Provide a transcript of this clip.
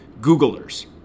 Googlers